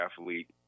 athlete